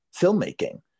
filmmaking